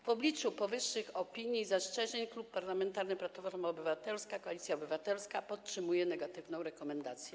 W obliczu powyższych opinii i zastrzeżeń Klub Parlamentarny Platforma Obywatelska - Koalicja Obywatelska podtrzymuje negatywną rekomendację.